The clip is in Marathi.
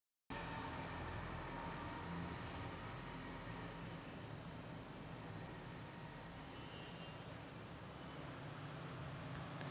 उद्यमशीलता म्हणजे ज्याच्यात सतत विश्वास आणि श्रेष्ठत्वाचा विचार करण्याची शक्ती आणि गुण असतात